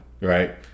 Right